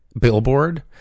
billboard